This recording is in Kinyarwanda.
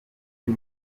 y’u